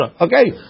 Okay